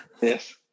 Yes